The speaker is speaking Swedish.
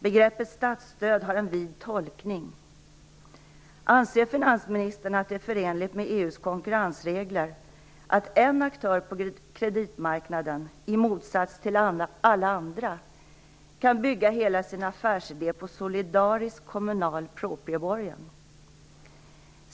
Begreppet statsstöd har en vid tolkning. Anser finansministern att det är förenligt med EU:s konkurrensregler att en aktör på kreditmarknaden, i motsats till alla andra, kan bygga hela sin affärsidé på solidarisk kommunal proprieborgen?